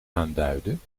aanduiden